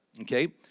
okay